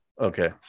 okay